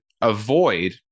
avoid